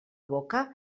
boca